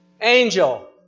Angel